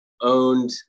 owned